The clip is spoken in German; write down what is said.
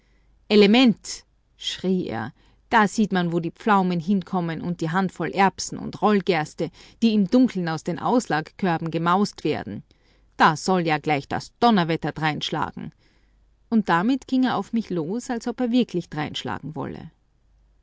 element schrie er da sieht man wo die pflaumen hinkommen und die handvoll erbsen und rollgerste die im dunkeln aus den auslagkörben gemaust werden da soll ja gleich das donnerwetter dreinschlagen und damit ging er auf mich los als ob er wirklich dreinschlagen wolle